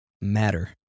matter